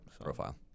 Profile